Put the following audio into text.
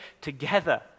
together